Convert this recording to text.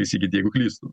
įsigyt jeigu klystu